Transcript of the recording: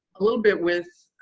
a little bit with